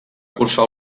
cursar